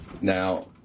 Now